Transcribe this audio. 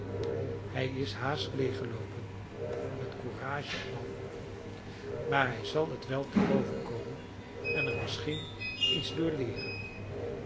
hij is haast leeggeloopen met courage en al maar hij zal het wel te boven komen en er misschien iets door leeren